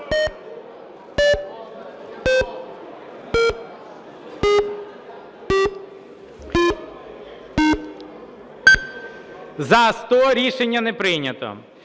За-100 Рішення не прийнято.